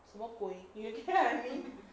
什么鬼 you get what I mean